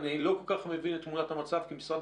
אני לא כל כך מבין את תמונת המצב כי משרד